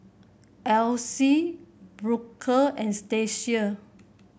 Alyse Booker and Stacia